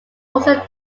also